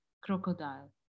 crocodile